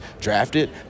drafted